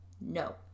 no